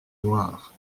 noires